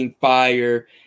fire